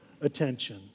attention